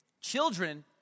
Children